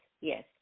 yes